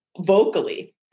vocally